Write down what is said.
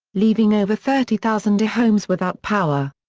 leaving over thirty thousand homes without power.